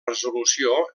resolució